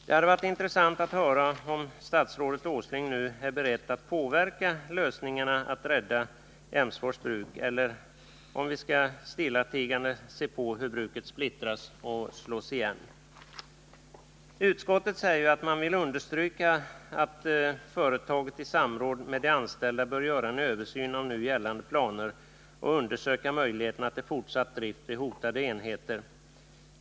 Det hade varit intressant att höra om statsrådet Åsling nu är beredd att påverka när det gäller försöket att rädda Emsfors bruk, eller om man stillatigande skall se på hur bruket splittras och slås igen. Utskottet säger att det vill understryka att företaget i samråd med de anställda bör göra en översyn av de nu gällande planerna och undersöka möjligheterna till fortsatt drift av de hotade enheterna.